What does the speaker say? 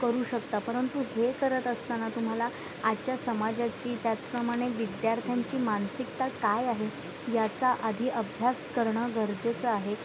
करू शकता परंतु हे करत असताना तुम्हाला आजच्या समाजाची त्याचप्रमाणे विद्यार्थ्यांची मानसिकता काय आहे याचा आधी अभ्यास करणं गरजेचं आहे